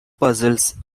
puzzles